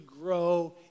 grow